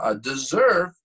deserve